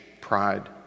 pride